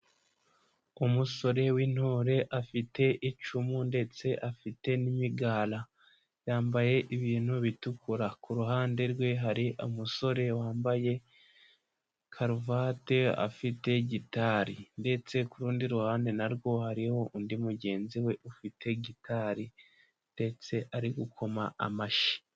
Umusore w'intore afite icumu ndetse afite n'imigara, yambaye ibintu bitukura, ku ruhande rwe hari umusore wambaye karuvati afite gitari, ndetse ku rundi ruhande na rwo, hariho undi mugenzi we ufite gitari ndetse ari gukoma amashyi.